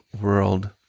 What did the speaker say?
world